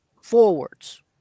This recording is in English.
forwards